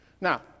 Now